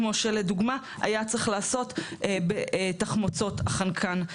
כמו שלדוגמא היה צריך לעשות בתחמוצות החנקן.